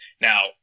Now